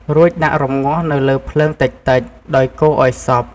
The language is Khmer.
រួចដាក់រំងាស់នៅលើភ្លើងតិចៗ ដោយកូរឱ្យសព្វ។